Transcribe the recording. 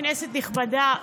כנסת נכבדה,